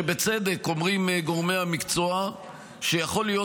שבצדק אומרים גורמי המקצוע שיכול להיות